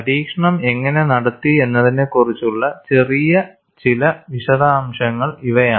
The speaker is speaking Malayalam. പരീക്ഷണം എങ്ങനെ നടത്തി എന്നതിനെക്കുറിച്ചുള്ള ചെറിയ ചില വിശദാംശങ്ങൾ ഇവയാണ്